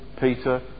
Peter